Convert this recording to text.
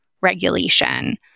regulation